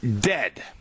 dead